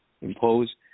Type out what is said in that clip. impose